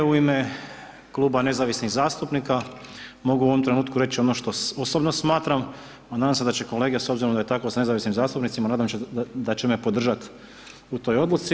U ime Kluba nezavisnih zastupnika mogu u ovom trenutku reći ono što osobno smatram, a nadam se da će kolege, s obzirom da je tako s nezavisnim zastupnicima, nadam se da će me podržat u toj odluci.